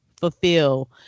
fulfill